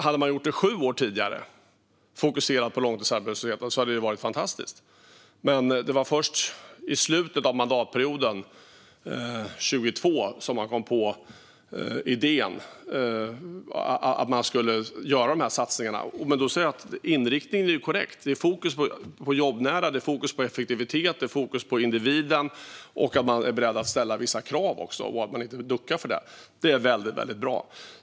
Jag välkomnar det, men hade man fokuserat på långtidsarbetslösheten sju år tidigare hade det varit fantastiskt. Jag vill säga att inriktningen är korrekt. Det är fokus på det jobbnära, det är fokus på effektivitet, det är fokus på individen och man duckar inte för att ställa vissa krav. Det är väldigt bra.